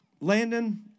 Landon